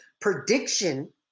Prediction